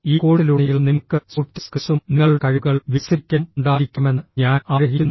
ഈ കോഴ്സിലുടനീളം നിങ്ങൾക്ക് സോഫ്റ്റ് സ്കിൽസും നിങ്ങളുടെ കഴിവുകൾ വികസിപ്പിക്കലും ഉണ്ടായിരിക്കണമെന്ന് ഞാൻ ആഗ്രഹിക്കുന്നു